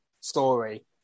story